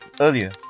Earlier